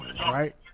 right